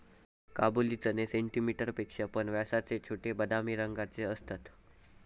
काबुली चणे सेंटीमीटर पेक्षा पण व्यासाचे छोटे, बदामी रंगाचे असतत